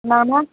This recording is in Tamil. என்ன வேணும்